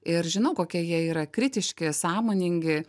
ir žinau kokie jie yra kritiški sąmoningi